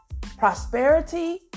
prosperity